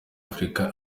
afrika